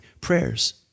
prayers